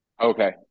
Okay